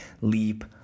leap